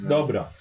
Dobra